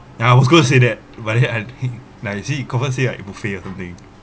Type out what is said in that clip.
ya I was going to say that but then I nah you see confirm say like buffet or something